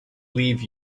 leave